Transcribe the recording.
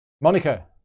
Monica